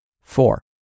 Four